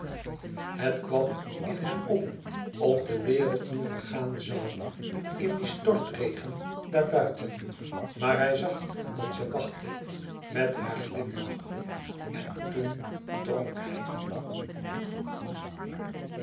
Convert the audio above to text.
het kwam in hem op of de wereld nu vergaan zoû in dien stortregen daarbuiten maar hij zag dat ze wachtte met haar glimlach en toen dronk hij